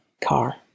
car